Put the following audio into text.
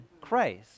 Christ